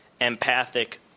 empathic